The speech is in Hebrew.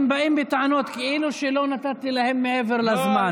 הם באים בטענות כאילו שלא נתתי להם מעבר לזמן.